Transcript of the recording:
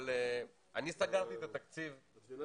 אבל אני סגרתי את התקציב של נתיב